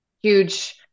huge